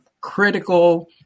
critical